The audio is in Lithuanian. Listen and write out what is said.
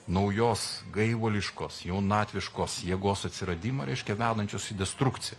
naujos gaivališkos jaunatviškos jėgos atsiradimą reiškia vedančios į destrukciją